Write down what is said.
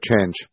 change